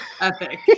Epic